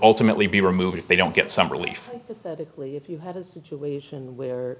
ultimately be removed if they don't get some relief if you have a situation where